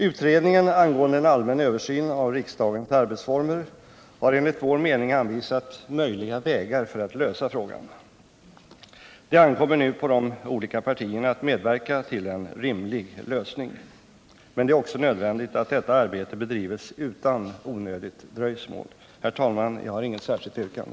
Utredningen angående en allmän översyn av riksdagens arbetsformer har enligt vår mening anvisat möjliga vägar för att lösa frågan. Det ankommer nu på de olika partierna att medverka till en rimlig lösning, och det är nödvändigt att detta arbete bedrivs utan onödigt dröjsmål. Herr talman! Jag har inget särskilt yrkande.